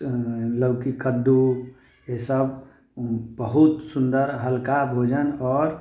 लौकी कद्दू ये सब बहुत सुंदर हल्का भोजन और